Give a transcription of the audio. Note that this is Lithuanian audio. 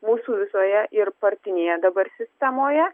mūsų visoje ir partinėje dabar sistemoje